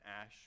ash